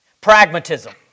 pragmatism